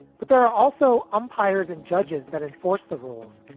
but there are also umpires and judges that enforce the rules.